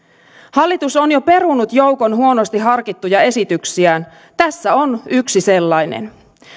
hallitus on jo perunut joukon huonosti harkittuja esityksiään tässä on yksi sellainen